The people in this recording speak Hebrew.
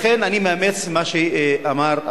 לכן אני מאמץ מה שאמר היושב-ראש: